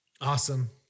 Awesome